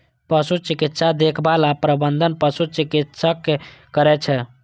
पशु चिकित्सा देखभाल आ प्रबंधन पशु चिकित्सक करै छै